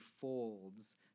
folds